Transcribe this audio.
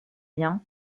bien